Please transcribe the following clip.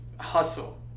hustle